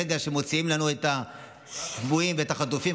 ברגע שמוציאים לנו את השבויים ואת החטופים,